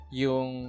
yung